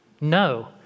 No